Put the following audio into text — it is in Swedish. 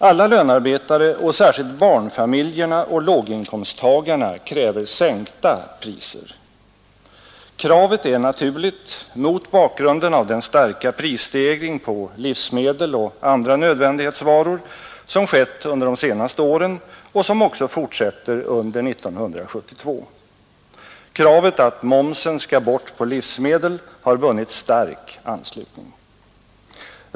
Alla lönarbetare och särskilt barnfamiljerna och låginkomsttagarna kräver sänkta priser. Kravet är naturligt mot bakgrunden av den starka prisstegring på livsmedel och andra nödvändighetsvaror som skett under de senaste åren och som också fortsätter under 1972. Kravet att momsen skall bort på livsmedel har vunnit stark anslutning.